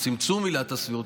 או צמצום עילת הסבירות,